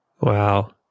Wow